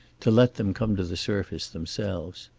to let them come to the surface themselves.